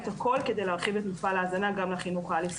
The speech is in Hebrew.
הכל כדי להרחיב את מפעל ההזנה גם לחינוך העל-יסודי.